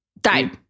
Died